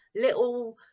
little